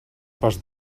pels